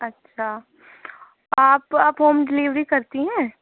اچھا آپ آپ ہوم ڈلیوری کرتی ہیں